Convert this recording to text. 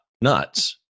nuts